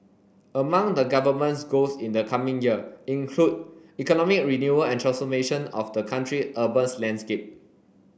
among the Government's goals in the coming year include economic renewal and transformation of the country urbans landscape